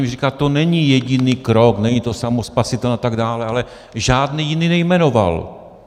Říká to není jediný krok, není to samospasitelné a tak dále, ale žádný jiný nejmenoval.